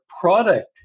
product